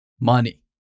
Money